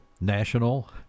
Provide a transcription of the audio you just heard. National